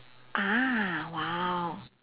ah !wow!